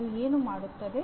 ಅದು ಏನು ಮಾಡುತ್ತದೆ